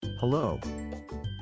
Hello